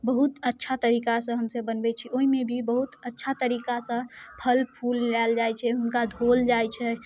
बहुत अच्छा तरीकासँ हमसब बनबै छी ओहिमे भी बहुत अच्छा तरीकासँ फल फूल लेल जाइ छै हुनका धोअल जाइ छै